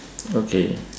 okay